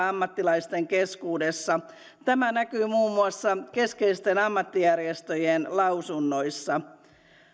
ammattilaisten keskuudessa tämä näkyy muun muassa keskeisten ammattijärjestöjen lausunnoissa